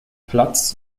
platz